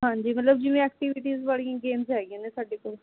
ਹਾਂਜੀ ਮਤਲਬ ਜਿਵੇਂ ਐਕਟੀਵਿਟੀਜ਼ ਵਾਲੀਆਂ ਹੀ ਗੇਮਜ਼ ਹੈਗੀਆਂ ਨੇ ਸਾਡੇ ਕੋਲ